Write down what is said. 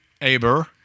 Aber